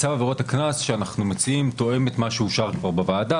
צו עבירות הקנס שאנחנו מציעים תואם את מה שאושר כבר בוועדה.